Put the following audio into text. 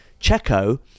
Checo